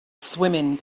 swimming